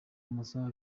amasaha